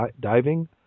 diving